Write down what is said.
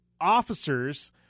officers